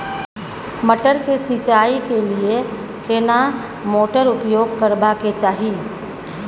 मटर के सिंचाई के लिये केना मोटर उपयोग करबा के चाही?